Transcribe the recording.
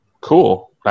cool